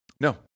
No